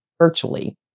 virtually